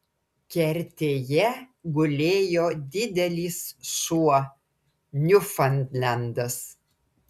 kertėje gulėjo didelis šuo niufaundlendas